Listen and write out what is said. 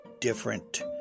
different